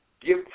give